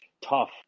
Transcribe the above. tough